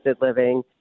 living